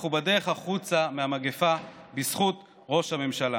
אנחנו בדרך החוצה מהמגפה, בזכות ראש הממשלה.